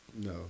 No